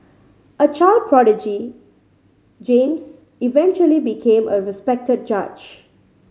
a child prodigy James eventually became a respected judge